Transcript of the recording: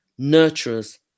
nurturers